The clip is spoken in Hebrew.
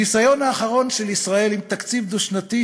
הניסיון האחרון של ישראל עם תקציב דו-שנתי,